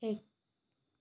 এক